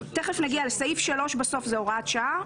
תכף נגיע לסעיף 3, בסוף זה הוראת שעה.